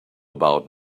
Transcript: about